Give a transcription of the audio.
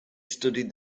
studied